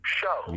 show